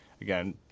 again